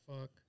Fuck